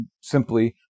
simply